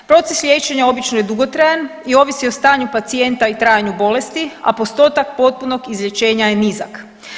Proces liječenja obično je dugotrajan i ovisi o stanju pacijenta i trajanju bolesti, a postotak potpunog izlječenja je nizak.